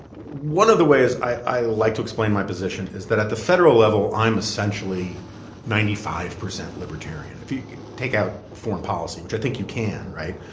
one of the ways i like to explain my position is that at the federal level, i am essentially ninety five percent libertarian, if you take out foreign policy, which i think you can, right?